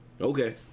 Okay